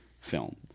film